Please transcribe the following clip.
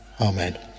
Amen